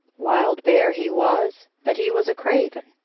wild bear he was, but he was a craven.